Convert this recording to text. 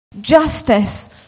Justice